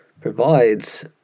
provides